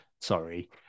sorry